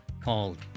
called